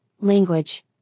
language